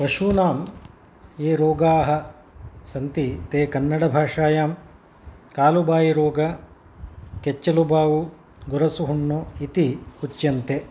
पशूनां ये रोगाः सन्ति ते कन्नडभाषायां कालबायुरोग केच्चलुबावु गुरुसुहुन्नु इति उच्यन्ते